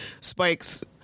Spike's